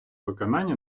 виконанні